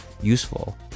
useful